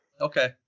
Okay